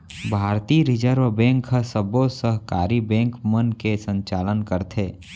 भारतीय reserve bank ह सबो सहकारी बेंक मन के संचालन करथे